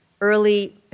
early